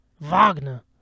Wagner